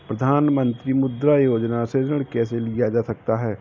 प्रधानमंत्री मुद्रा योजना से ऋण कैसे लिया जा सकता है?